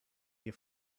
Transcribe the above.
your